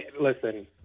listen